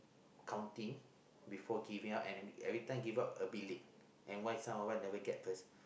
counting before giving out and every time give out a bit late and why some of us never get first